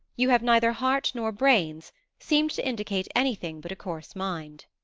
you have neither heart nor brains seemed to indicate anything but a coarse mind.